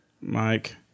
Mike